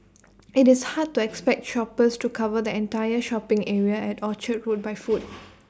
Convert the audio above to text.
IT is hard to expect shoppers to cover the entire shopping area at Orchard road by foot